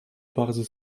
bardzo